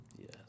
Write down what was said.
Yes